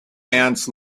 ants